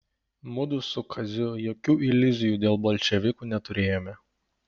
mudu su kaziu jokių iliuzijų dėl bolševikų neturėjome